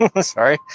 Sorry